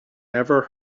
never